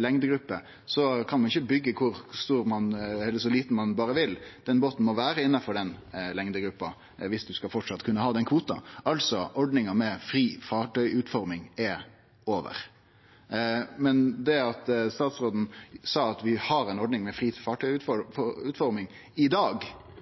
lengdegruppe, så kan ein ikkje byggje båten så liten ein berre vil; han må vere innanfor den lengdegruppa, viss ein framleis skal kunne ha den kvota. Altså: Ordninga med fri fartøyutforming er over. Men det at statsråden sa at vi har ei ordning med fri fartøyutforming i dag,